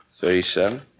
thirty-seven